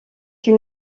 une